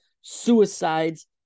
Suicides